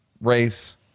race